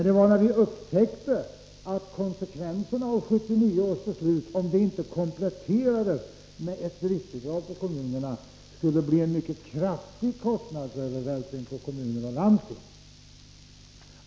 Det var när vi upptäckte att konsekvenserna av 1979 års beslut — om det inte kompletterades med ett driftbidrag till kommunerna — skulle bli mycket kraftiga kostnadsövervältringar på kommuner och landsting.